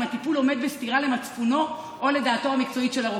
הטיפול עומד בסתירה למצפונו או לדעתו המקצועית של הרופא.